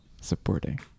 supporting